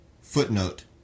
footnote